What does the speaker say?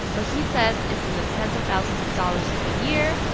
but he says it's in the tens of thousands of dollars a year,